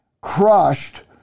crushed